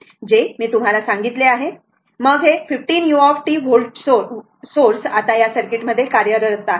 जे मी तुम्हाला सांगितले आहे मग हे 15 u व्होल्ट सोर्स आता या सर्किटमध्ये कार्यरत आहे